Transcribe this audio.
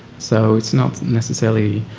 so it's not necessarily